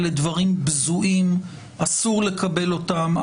אלה דברים בזויים ואסור לקבל אותם.